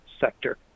sector